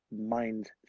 mind